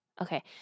Okay